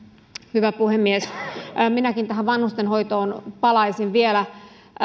hyvä puhemies minäkin tähän vanhustenhoitoon palaisin vielä